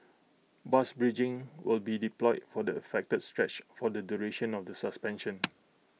bus bridging will be deployed for the affected stretch for the duration of the suspension